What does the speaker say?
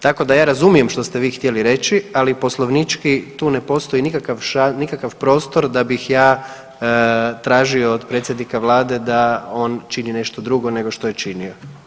Tako da, ja razumijem što ste vi htjeli reći, ali poslovnički tu ne postoji nikakav prostor da bih ja tražio od predsjednika Vlade da on čini nešto drugo nego što je činio.